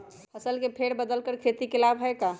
फसल के फेर बदल कर खेती के लाभ है का?